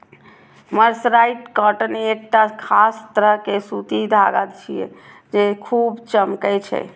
mercerised cotton एकटा खास तरह के सूती धागा छियै, जे खूब चमकै छै